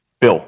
Bill